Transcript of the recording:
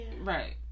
right